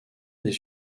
des